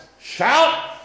shout